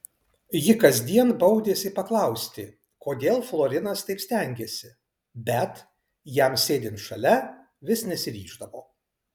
ji kasdien baudėsi paklausti kodėl florinas taip stengiasi bet jam sėdint šalia vis nesiryždavo